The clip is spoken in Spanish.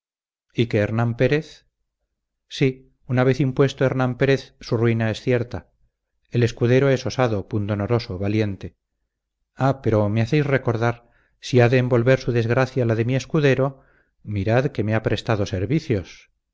que hernán pérez sí una vez impuesto hernán pérez su ruina es cierta el escudero es osado pundonoroso valiente ah pero me hacéis recordar si ha de envolver su desgracia la de mi escudero mirad que me ha prestado servicios